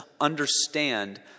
understand